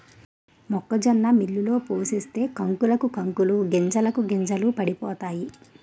మొక్కజొన్న మిల్లులో పోసేస్తే కంకులకు కంకులు గింజలకు గింజలు పడిపోతాయి